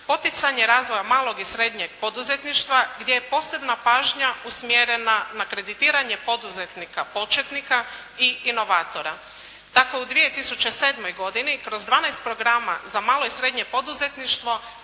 poticanje razvoja malog i srednjeg poduzetništva gdje je posebna pažnja usmjerena na kreditiranje poduzetnika početnika i inovatora. Tako je u 2007. godini kroz 12 programa za malo i srednje poduzetništvo